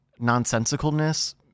nonsensicalness